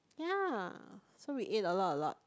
ya so we ate a lot a lot